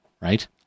right